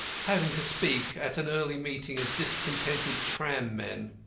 having to speak at an early meeting of discontented tram-men.